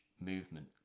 movement